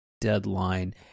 Deadline